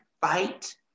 fight